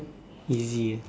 easy ah